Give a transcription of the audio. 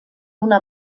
una